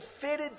fitted